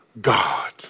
God